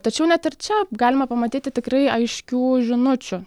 tačiau net ir čia galima pamatyti tikrai aiškių žinučių